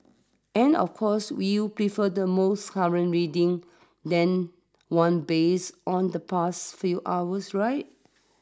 and of course when you'd prefer the most current reading than one based on the past few hours right